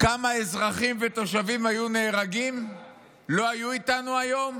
כמה אזרחים ותושבים היו נהרגים ולא היו איתנו היום,